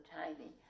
tiny